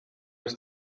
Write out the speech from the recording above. ers